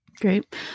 Great